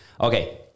Okay